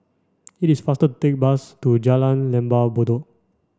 it is faster take bus to Jalan Lembah Bedok